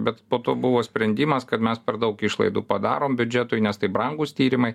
bet po to buvo sprendimas kad mes per daug išlaidų padarom biudžetui nes tai brangūs tyrimai